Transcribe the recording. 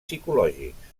psicològics